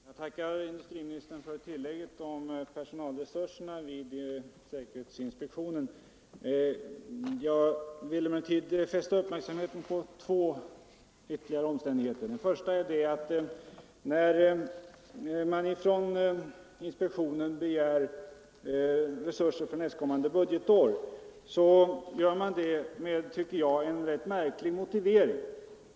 Herr talman! Jag tackar industriministern för tillägget om personalresur Jag vill emellertid fästa uppmärksamheten på två ytterligare omständigheter. Den första är att när inspektionen begär resurser för nästkommande budgetår gör man det, tycker jag, med en rätt märklig motivering.